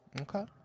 Okay